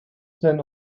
than